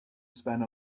spend